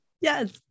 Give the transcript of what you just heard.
yes